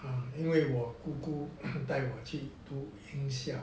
啊因为我姑姑带我去读英校